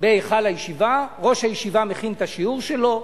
בהיכל הישיבה, ראש הישיבה מכין את השיעור שלו.